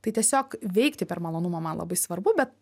tai tiesiog veikti per malonumą man labai svarbu bet